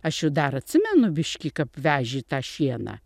aš jų dar atsimenu biškį kap veži tą šieną